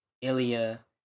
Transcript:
Ilya